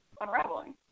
unraveling